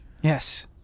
Yes